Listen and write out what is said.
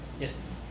Yes